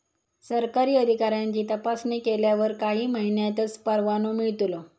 सरकारी अधिकाऱ्यांची तपासणी केल्यावर काही महिन्यांतच परवानो मिळतलो